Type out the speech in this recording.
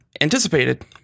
anticipated